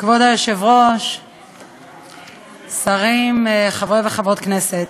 כבוד היושב-ראש, שרים, חברי וחברות כנסת,